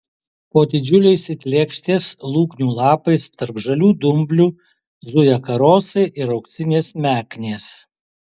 po didžiuliais it lėkštės lūgnių lapais tarp žalių dumblių zuja karosai ir auksinės meknės